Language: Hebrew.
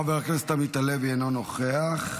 חבר הכנסת עמית הלוי, אינו נוכח.